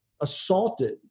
assaulted